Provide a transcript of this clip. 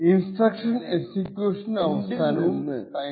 instruction എക്സിക്യൂഷന് അവസാനവും time stamp measure ചെയ്യും